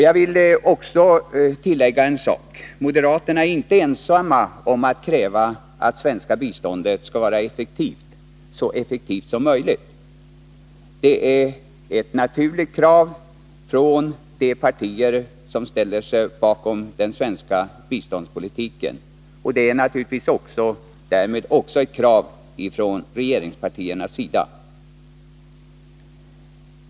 Jag vill tillägga: Moderaterna är inte ensamma om att kräva att det svenska biståndet skall vara så effektivt som möjligt. Det är ett naturligt krav från de partier som står bakom den svenska biståndspolitiken och naturligtvis därmed också ett krav från regeringspartiernas sida.